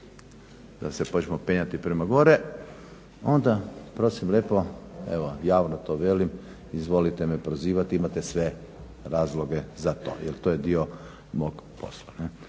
da se počnemo penjati prema gore, onda prosim lijepo evo javno to velim izvolite me prozivati, imate sve razloge za to jel to je dio mog posla.